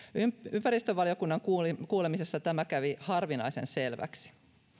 ympäristövaliokunnan kuulemisessa tämä kävi harvinaisen selväksi